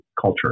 culture